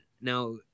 Now